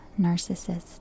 Narcissist